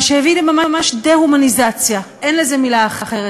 מה שהביא ממש לדה-הומניזציה, אין לזה מילה אחרת.